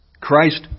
Christ